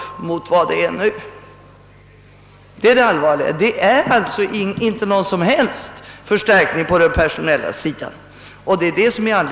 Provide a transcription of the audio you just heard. Det är det allvarliga. Det blir alltså inte någon som helst förstärkning på den personella sidan.